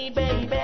baby